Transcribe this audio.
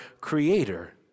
Creator